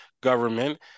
government